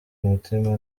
umutima